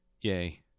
yay